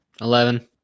Eleven